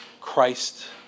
Christ